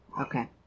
Okay